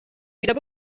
wieder